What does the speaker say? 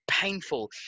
painful